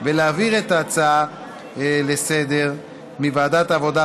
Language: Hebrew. ולהעביר את ההצעה לסדר-היום מוועדת העבודה,